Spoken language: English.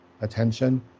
attention